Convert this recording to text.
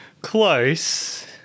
close